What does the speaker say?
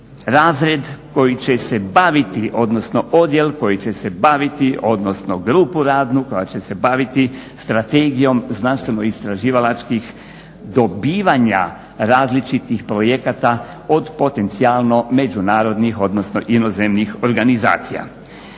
razred koji će se baviti, odnosno odjel koji će se baviti, odnosno grupu radnu koja će se baviti strategijom znanstveno-istraživalačkih dobivanja različitih projekata od potencijalno međunarodnih odnosno i inozemnih organizacija.